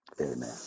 amen